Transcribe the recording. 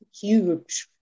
huge